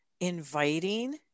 inviting